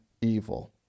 evil